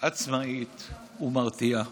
עצמאית ומרתיעה.